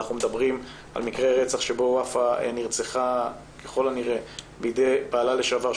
אנחנו מדברים על מקרה רצח שבו ופאא נרצחה ככל הנראה בידי בעלה לשעבר,